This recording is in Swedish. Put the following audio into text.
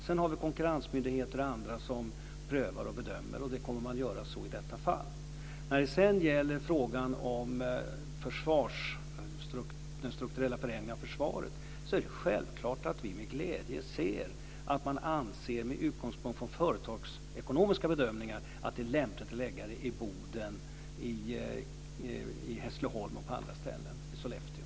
Sedan har vi konkurrensmyndigheter och andra som gör prövningar och bedömningar, och så kommer man att göra också i detta fall. När det sedan gäller frågan om den strukturella förändringen av försvaret är det självklart att vi med glädje ser att man med utgångspunkt i företagsekonomiska bedömningar anser att det är lämpligt att lägga det här i Boden, Hässleholm, Sollefteå och på andra orter.